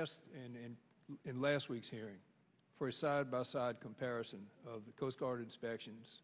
asked in in last week's hearing for a side by side comparison of the coast guard inspections